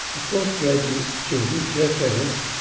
a postgraduate student, jeff ellis,